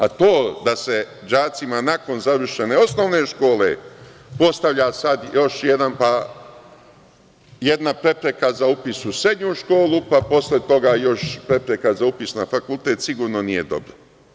A to da se đacima nakon završene osnovne škole postavlja sad još jedna prepreka za upis u srednju školu, pa posle toga još prepreka za upis na fakultet, sigurno nije dobro.